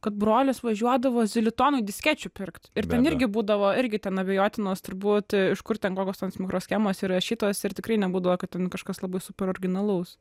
kad brolis važiuodavo zilitonui diskečių pirkt ir ten irgi būdavo irgi ten abejotinos turbūt iš kur ten kokios tos mikroschemos įrašytos ir tikrai nebūdavo kad ten kažkas labai super originalaus